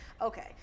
Okay